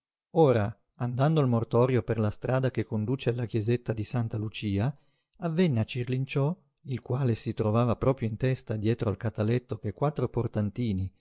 ora andando il mortorio per la strada che conduce alla chiesetta di santa lucia avvenne a cirlinciò il quale si trovava proprio in testa dietro al cataletto che quattro